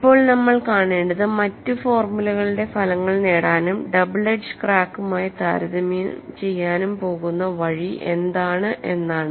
ഇപ്പോൾ നമ്മൾ കാണേണ്ടത് മറ്റ് ഫോർമുലകളുടെ ഫലങ്ങൾ നേടാനും ഡബിൾ എഡ്ജ് ക്രാക്കുമായി താരതമ്യം ചെയ്യാനും പോകുന്ന വഴി എന്താണ് എന്നാണ്